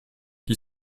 qui